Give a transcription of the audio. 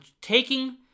taking